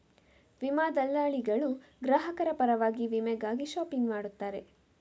ವಿಮಾ ದಲ್ಲಾಳಿಗಳು ಗ್ರಾಹಕರ ಪರವಾಗಿ ವಿಮೆಗಾಗಿ ಶಾಪಿಂಗ್ ಮಾಡುತ್ತಾರೆ